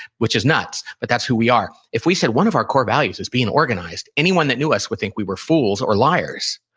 which is nuts. but that's who we are if we said, one of our core values is being organized, anyone who knew us would think we were fools or liars.